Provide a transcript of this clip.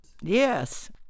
Yes